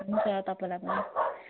हुन्छ तपाईँलाई पनि